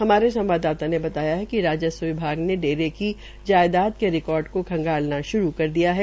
हमारे संवाददाता ने बताया है कि राजस्व विभाग ने डेरे की जायदाद के रिकार्ड को खंगालना श्रू कर दिया है